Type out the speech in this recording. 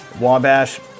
Wabash